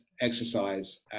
exercise